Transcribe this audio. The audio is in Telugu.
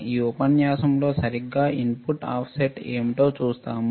ఈ ఉపన్యాసం లో సరిగ్గా ఇన్పుట్ ఆఫ్సెట్ ఏమిటో చూస్తాము